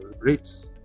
rates